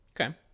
Okay